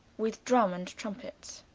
with drumme and trumpettes.